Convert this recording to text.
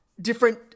Different